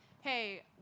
hey